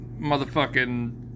motherfucking